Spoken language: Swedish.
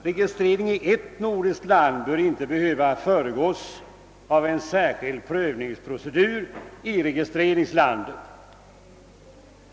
Registrering i ett annat nordiskt land bör icke behöva föregås av en särskild provningsprocedur i = registreringslandet.